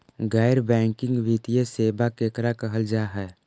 गैर बैंकिंग वित्तीय सेबा केकरा कहल जा है?